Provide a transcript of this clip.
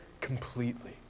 completely